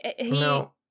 no